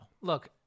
Look